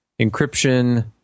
encryption